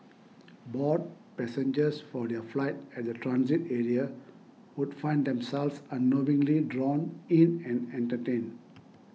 bored passengers for their flight at the transit area would find themselves unknowingly drawn in and entertained